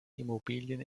immobilien